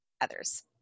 others